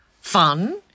FUN